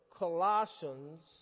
Colossians